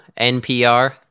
NPR